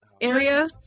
area